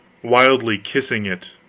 wildly kissing it,